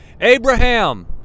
Abraham